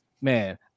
Man